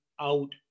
out